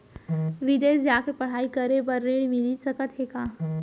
बिदेस जाके पढ़ई करे बर ऋण मिलिस सकत हे का?